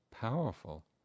powerful